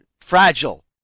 fragile